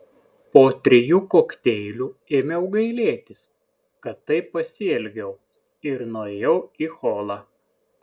po trijų kokteilių ėmiau gailėtis kad taip pasielgiau ir nuėjau į holą